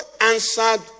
answered